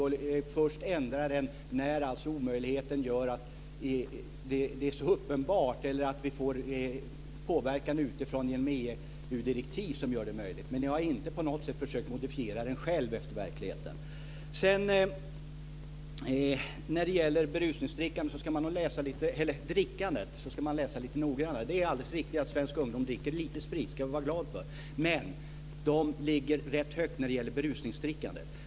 Och ni ändrar den först när det är så uppenbart att den är omöjlig och när vi får påverkan utifrån genom EU-direktiv som gör det möjligt. Men ni har inte på något sätt själva försökt modifiera den efter verkligheten. När det gäller drickandet så ska man läsa lite mer noggrant. Det är alldeles riktigt att svenska ungdomar dricker lite sprit. Det ska vi vara glada över. Men de ligger rätt högt när det gäller berusningsdrickandet.